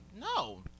No